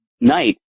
night